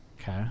Okay